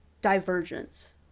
divergence